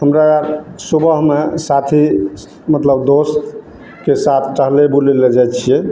हमरा सुबहमे साथी मतलब दोस्तके साथ टहलै बुलै लए जाइ छियै